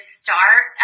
start